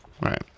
Right